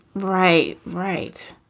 right. right